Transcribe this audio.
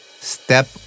step